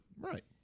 Right